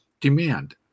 demand